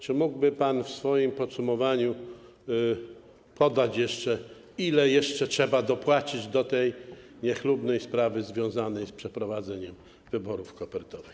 Czy mógłby pan w swoim podsumowaniu podać, ile jeszcze trzeba dopłacić do tej niechlubnej sprawy związanej z przeprowadzeniem wyborów kopertowych?